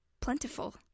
plentiful